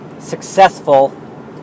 Successful